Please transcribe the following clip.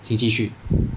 请继续